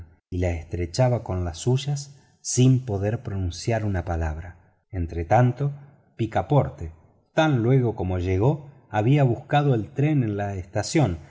y la estrechaba con las suyas sin poder pronunciar una palabra entretanto picaporte tan luego como llegó había buscado el tren en la estación